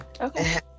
Okay